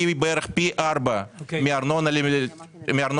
היא בערך פי ארבע מהארנונה למגורים.